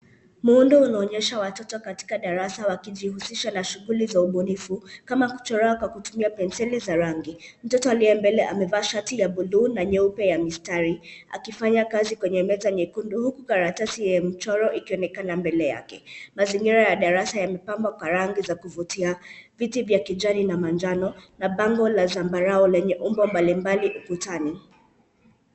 Muundo unaonyesha watoto katika darasa wakijihusisha na shughuli za ubunifu, kama kuchora kwa kutumia penseli za rangi. Mtoto aliye mbele amevaa shati ya buluu na nyeupe ya mistari, akifanya kazi kwenye meza nyekundu huku karatasi ya mchoro ikionekana mbele yake. Mazingira ya darasa yamepambwa kwa rangi za kuvutia. Viti vya kijani na manjano na bango la zambarau lenye umbo mbali mbali ukutani.